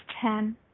ten